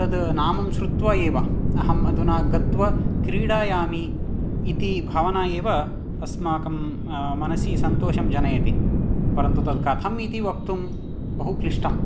तद् नामं श्रुत्वा एव अहम् अधुना गत्वा क्रीडयामि इति भावना एव अस्माकं मनसि सन्तोषं जनयति परन्तु तत् कथमिति वक्तुं बहु क्लिष्टं